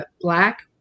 Black